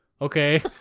okay